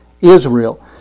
Israel